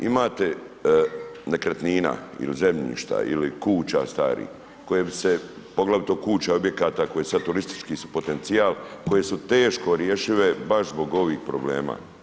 Imate nekretnina ili zemljišta ili kuća starih koje bi se, poglavito kuća i objekata koje su sad turistički su potencijal, koje su teško rješive baš zbog ovih problema.